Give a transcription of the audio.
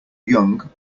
young